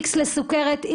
X לסוכרת,